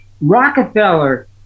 Rockefeller